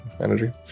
energy